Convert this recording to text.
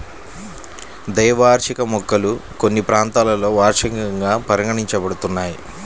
ద్వైవార్షిక మొక్కలు కొన్ని ప్రాంతాలలో వార్షికంగా పరిగణించబడుతున్నాయి